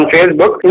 Facebook